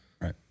Right